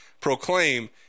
proclaim